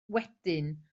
wedyn